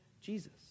Jesus